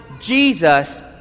Jesus